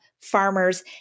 farmers